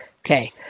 Okay